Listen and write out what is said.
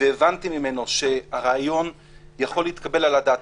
והבנתי ממנו שהרעיון יכול להתקבל על הדעת,